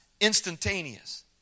instantaneous